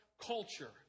culture